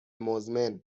مزمن